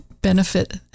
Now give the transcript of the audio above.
benefit